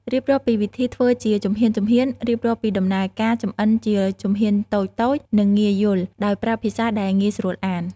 រៀបរាប់ពីវិធីធ្វើជាជំហានៗរៀបរាប់ពីដំណើរការចម្អិនជាជំហានតូចៗ និងងាយយល់ ដោយប្រើភាសាដែលងាយស្រួលអាន។